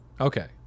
Okay